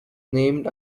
named